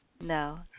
No